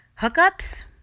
hookups